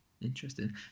interesting